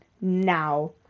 now